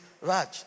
Raj